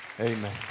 Amen